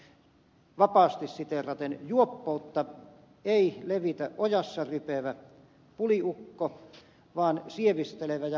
hän sanoi vapaasti siteeraten että juoppoutta ei levitä ojassa rypevä puliukko vaan sievistelevä ja hienosteleva alkoholinkäyttö